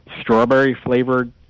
strawberry-flavored